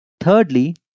Thirdly